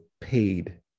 paid